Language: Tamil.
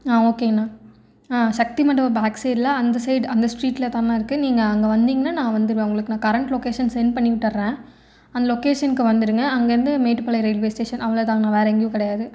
ஆ ஓகேண்ணா ஆ சக்தி மண்டபம் பேக்சைடில் அந்த சைட் அந்த ஸ்ட்ரீட்லேதான்ணா இருக்குது நீங்கள் அங்கே வந்தீங்கனா நான் வந்திருவேன் உங்களுக்கு நான் கரெண்ட் லொக்கேஷன் சென்ட் பண்ணி விட்டுடறேன் அந்த லொக்கேஷன்கு வந்திருங்க அங்கேருந்து மேட்டுப்பாளையம் ரயில்வே ஸ்டேஷன் அவ்ளோதாங்கணா வேறு எங்கேயும் கிடையாது